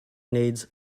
needs